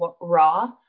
raw